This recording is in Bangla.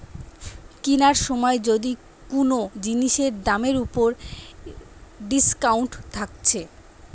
কিনার সময় যদি কুনো জিনিসের দামের উপর ডিসকাউন্ট থাকছে